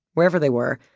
wherever they were,